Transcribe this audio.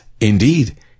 indeed